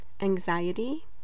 anxiety